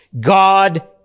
God